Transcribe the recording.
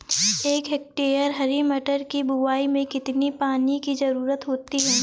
एक हेक्टेयर हरी मटर की बुवाई में कितनी पानी की ज़रुरत होती है?